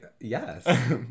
Yes